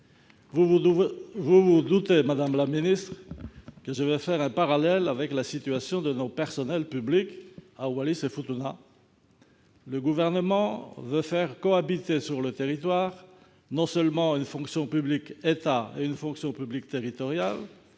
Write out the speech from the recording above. vous vous doutez que je vais faire un parallèle avec la situation de nos personnels publics à Wallis-et-Futuna. Le Gouvernement veut faire cohabiter sur ce territoire une fonction publique d'État, une fonction publique territoriale,